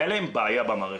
הייתה להם בעיה במערכת,